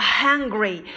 hungry